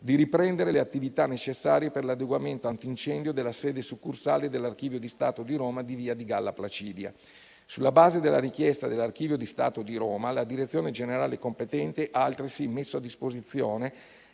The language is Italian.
di riprendere le attività necessarie per l'adeguamento antincendio della sede succursale dell'Archivio di Stato di Roma di via di Galla Placidia. Sulla base della richiesta dell'Archivio di Stato di Roma, la Direzione generale competente ha altresì messo a disposizione